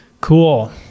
Cool